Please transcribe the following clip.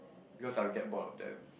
because I will get bored of them